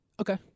Okay